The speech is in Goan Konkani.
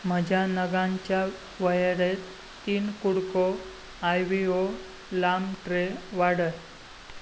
म्हज्या नगांच्या वळेरेंत तीन कुडको आय वी ओ लाब ट्रे वाडय